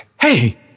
Hey